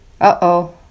Uh-oh